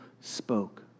spoke